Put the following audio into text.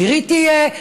מירי תהיה.